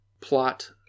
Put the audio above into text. plot